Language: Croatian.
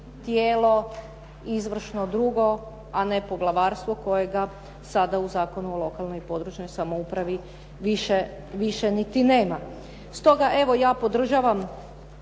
tijelo izvršno drugo a ne poglavarstvo kojega sada u Zakonu o lokalnoj i područnoj samoupravi više niti nema. Stoga evo ja podržavam